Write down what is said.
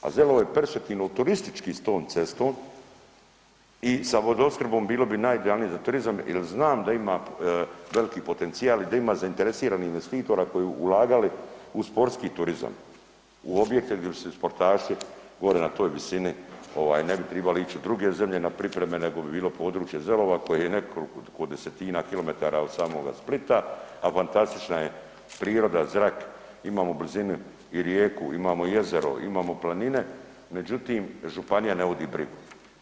A Zelovo je perspektivno turistički s ton cestom i sa vodoopskrbom bilo bi najidealnije za turizam jer znam da ima veliki potencijal i da ima zainteresiranih investitora koji bi ulagali u sportski turizam u objekte gdje bi se sportaši gore na toj visini, ne bi tribali ići u druge zemlje na pripreme nego bi bilo područje Zelova koje je nekoliko desetina kilometara od samoga Splita, a fantastična je priroda, zrak, imamo u blizini i rijeku, imamo jezero, imamo planine, međutim, županija ne vodi brigu.